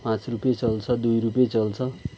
पाँच रुपियाँ चल्छ दुई रुपियाँ चल्छ